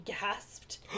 gasped